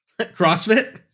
CrossFit